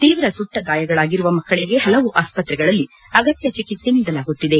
ತೀವ್ರ ಸುಟ್ಟ ಗಾಯಗಳಾಗಿರುವ ಮಕ್ಕಳಗೆ ಹಲವು ಆಸ್ಪತ್ರೆಗಳಲ್ಲಿ ಅಗತ್ಯ ಚಿಕಿತ್ಸೆ ನೀಡಲಾಗುತ್ತಿದೆ